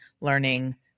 learning